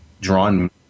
drawn